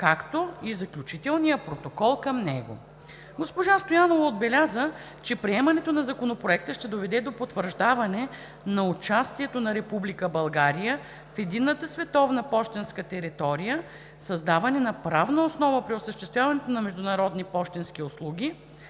както и Заключителния протокол към него. Госпожа Стоянова отбеляза, че приемането на Законопроекта ще доведе до потвърждаване на участието на Република България в единната световна пощенска територия, създаване на правна основа при осъществяване на международни пощенски услуги,